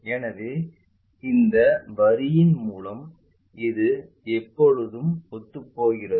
எனவே இந்த வரியின் மூலம் இது எப்போதும் ஒத்துப்போகிறது